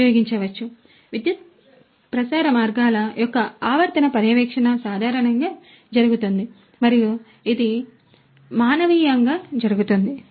కాబట్టి విద్యుత్ ప్రసార మార్గాల యొక్క ఆవర్తన పర్యవేక్షణ సాధారణంగా జరుగుతుంది మరియు ఇది మానవీయంగా జరుగుతుంది